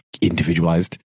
individualized